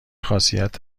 خاصیت